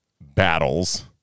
battles